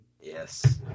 Yes